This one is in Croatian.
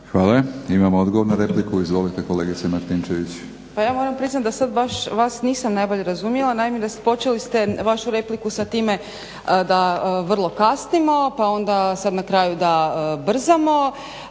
Hvala. Imamo odgovor na repliku. Izvolite kolegice Martinčević.